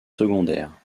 secondaire